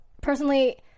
personally